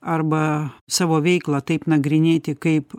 arba savo veiklą taip nagrinėti kaip